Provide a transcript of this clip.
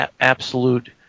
absolute